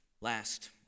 Last